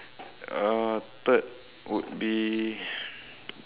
uh third would be